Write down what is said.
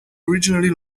originally